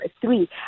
three